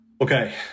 Okay